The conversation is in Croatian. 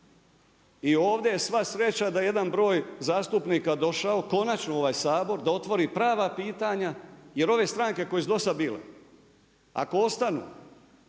i ovdje je sva sreća da je jedan broj zastupnika došao, konačno u ovaj Sabor, da otvori prava pitanja, jer ove stranke koje su do sad bile, ako ostanu